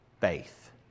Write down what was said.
faith